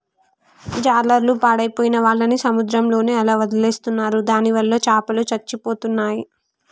జాలర్లు పాడైపోయిన వాళ్ళని సముద్రంలోనే అలా వదిలేస్తున్నారు దానివల్ల చాపలు చచ్చిపోతున్నాయి